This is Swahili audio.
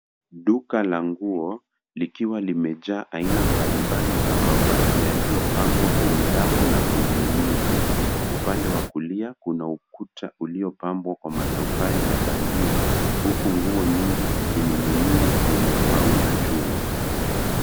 Duka la nguo likiwa limejaa aina mbalimbali za mavazi yaliyopangwa kwenye rafu na kuning'inizwa. Upande wa kulia kuna ukuta uliopambwa kwa matofali ya bandia, huku nguo nyingi zikining'inia kwenye pau za chuma.